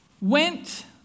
went